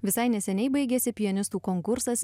visai neseniai baigėsi pianistų konkursas